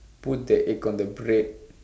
put the egg on the bread